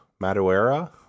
Maduera